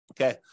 Okay